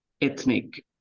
ethnic